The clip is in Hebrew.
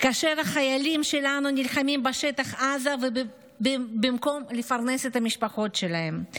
כאשר החיילים שלנו נלחמים בשטח עזה במקום לפרנס את המשפחות שלהם,